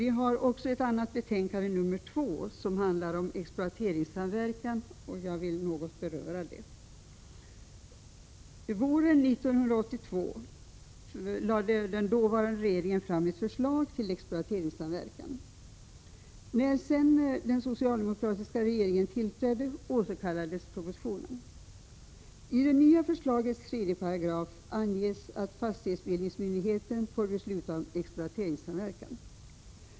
I bostadsutskottets betänkande nr 2 behandlas förslaget till lag om exploateringssamverkan, och jag vill något beröra också detta. Våren 1982 lade den dåvarande regeringen fram ett förslag till exploateringssamverkan. När den socialdemokratiska regeringen tillträdde återkallades propositionen. I det nya förslagets 3 § stadgas att fastighetsbildningsmyndigheten får besluta om exploateringssamverkan.